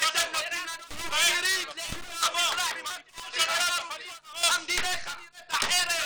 --- אם לא הייתם נותנים לנו עשירית --- המדינה הייתה נראית אחרת.